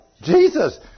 Jesus